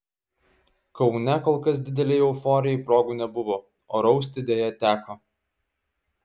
kaune kol kas didelei euforijai progų nebuvo o rausti deja teko